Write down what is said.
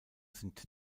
sind